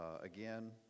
again